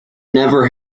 never